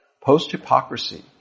post-hypocrisy